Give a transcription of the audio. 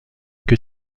que